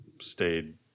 stayed